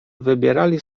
wybierali